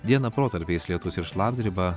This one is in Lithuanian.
dieną protarpiais lietus ir šlapdriba